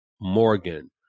Morgan